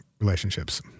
relationships